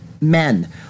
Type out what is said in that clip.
men